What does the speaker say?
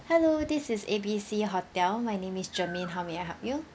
hello this is A B C hotel my name is germaine how may I help you